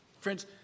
Friends